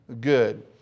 good